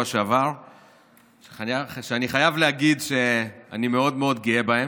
שעבר שאני חייב להגיד שאני מאוד מאוד גאה בהם,